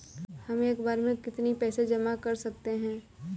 हम एक बार में कितनी पैसे जमा कर सकते हैं?